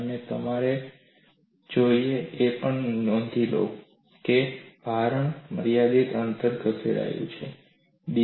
અને તમારે જોઈએ એ પણ નોંધ લો કે ભારણે મર્યાદિત અંતર ખસેડ્યું છે dv